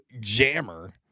Jammer